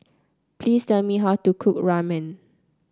please tell me how to cook Ramen